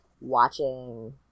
watching